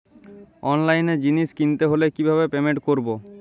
অনলাইনে জিনিস কিনতে হলে কিভাবে পেমেন্ট করবো?